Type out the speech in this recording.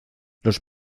los